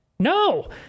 No